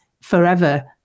forever